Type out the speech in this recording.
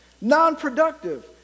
non-productive